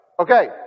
Okay